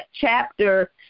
chapter